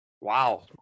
Wow